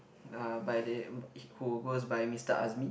uh by the who goes by Mister Azmi